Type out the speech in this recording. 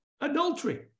adultery